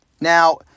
Now